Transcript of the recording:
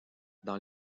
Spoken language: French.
dans